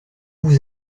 vous